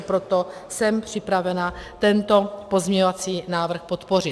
Proto jsem připravena tento pozměňovací návrh podpořit.